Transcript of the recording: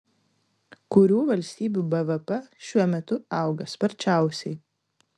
kurių valstybių bvp šiuo metu auga sparčiausiai